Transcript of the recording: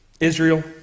Israel